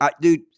Dude